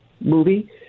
movie